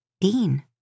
Dean